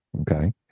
Okay